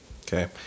Okay